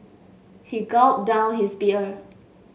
he gulped down his beer